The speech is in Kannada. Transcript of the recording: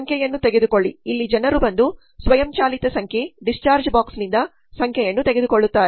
ಸಂಖ್ಯೆಯನ್ನು ತೆಗೆದುಕೊಳ್ಳಿ ಇಲ್ಲಿ ಜನರು ಬಂದು ಸ್ವಯಂಚಾಲಿತ ಸಂಖ್ಯೆ ಡಿಸ್ಚಾರ್ಜ್ ಬಾಕ್ಸ್ನಿಂದ ಸಂಖ್ಯೆಯನ್ನು ತೆಗೆದುಕೊಳ್ಳುತ್ತಾರೆ